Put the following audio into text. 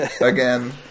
again